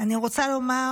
אני רוצה לומר